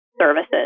services